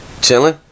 chilling